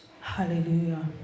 hallelujah